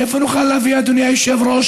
מאיפה נוכל להביא, אדוני היושב-ראש,